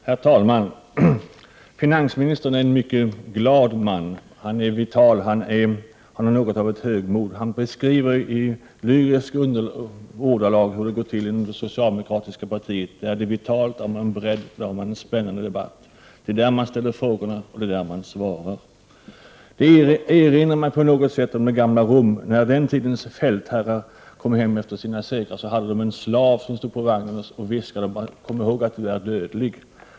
Herr talman! Finansministern är en mycket glad man. Han är vital och visar något av högmod. Han beskriver i lyriska ordalag hur det går till inom det socialdemokratiska partiet. Där är det vitalt, där har man bredd, där har man en spännande debatt. Det är där man ställer frågorna och det är där man svarar. Det får mig att tänka på det gamla Rom. När den tidens fältherrar kom hem efter sina segrar, hade de en slav som stod på vagnen och viskade: Kom ihåg att du är dödlig!